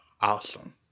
awesome